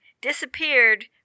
disappeared